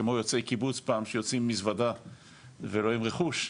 כמו יוצאי קיבוץ פעם שיוצאים עם מזוודה ולא עם רכוש,